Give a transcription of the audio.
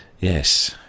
yes